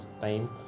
time